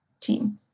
team